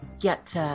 Get